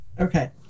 okay